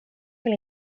vill